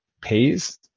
pays